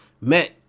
met